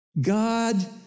God